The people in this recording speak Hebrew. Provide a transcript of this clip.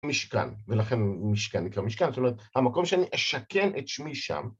משכן, ולכן משכן נקרא משכן, זאת אומרת, המקום שאני אשכן את שמי שם